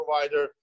provider